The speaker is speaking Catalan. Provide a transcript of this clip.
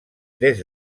des